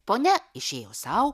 ponia išėjo sau